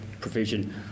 provision